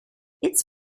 its